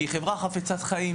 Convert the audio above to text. כי חברה חפצת חיים.